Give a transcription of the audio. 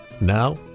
Now